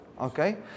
Okay